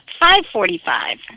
5.45